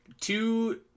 Two